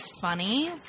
funny